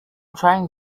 trying